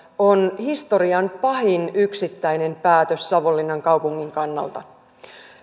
on historian pahin yksittäinen päätös savonlinnan kaupungin kannalta